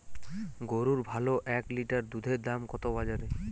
গরুর ভালো এক লিটার দুধের দাম কত বাজারে?